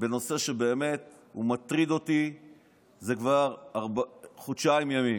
בנושא שמטריד אותי כבר חודשיים ימים.